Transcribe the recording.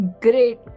Great